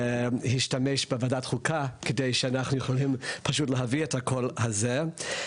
שהשתמש בוועדת החוקה כדי שאנחנו נוכל פשוט להביא את הקול הזה.